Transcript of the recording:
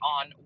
on